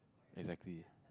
exactly